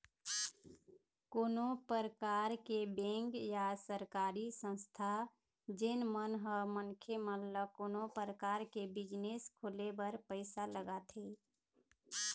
कोनो परकार के बेंक या सरकारी संस्था जेन मन ह मनखे मन ल कोनो परकार के बिजनेस खोले बर पइसा लगाथे